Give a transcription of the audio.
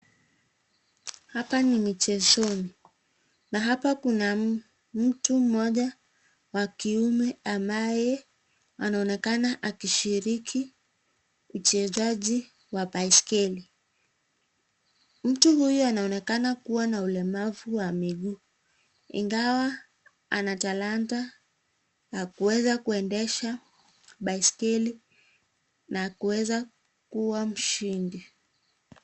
Hapa ni michezoni, na hapa kuna mtu mmoja wa kiume ambaye anaonekana akishiriki uchezaji wa baiskeli. Mtu huyu anaonekana kuwa na ulemavu wa miguu ingawa ana talanta ya kuweza kuendesha baiskeli na kuweza kuwa mshindi.